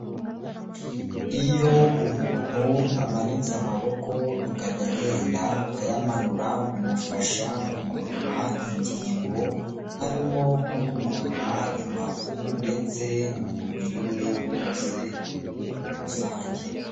Iyo umuntu amanitse amaboko akajya agenda ayamanura bimufasha kugorora ingingo, harimo nko kugorora imbavu ndetse n'umubiri we wose muri rusange.